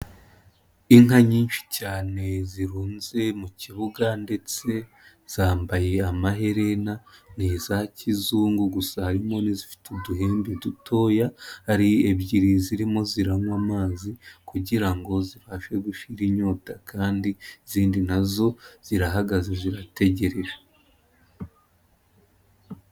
inka nyinshi cyane zihunze mu kibuga ndetse zambaye amaherena, ni iza kizungu gusa harimo n'izifite uduhembe dutoya, ari ebyiri zirimo ziranywa amazi kugira ngo zibashe gushira inyota kandi zindi nazo zirahagaze zirategereje.